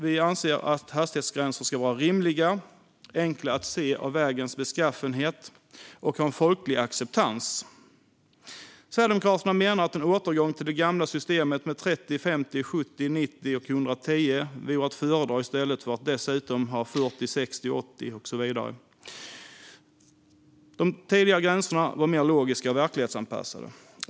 Vi anser hastighetsgränser ska vara rimliga, enkla att se av vägens beskaffenhet och ha folklig acceptans. Sverigedemokraterna menar att en återgång till det gamla systemet med 30, 50, 70, 90 och 110 vore att föredra i stället för att dessutom ha 40, 60, 80 och så vidare. De tidigare gränserna var mer logiska och verklighetsanpassade.